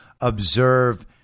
observe